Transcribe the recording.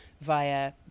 via